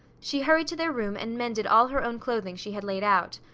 she hurried to their room and mended all her own clothing she had laid out.